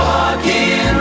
Walking